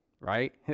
right